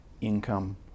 income